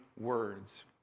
words